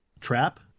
Trap